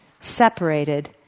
separated